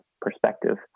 perspective